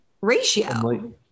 ratio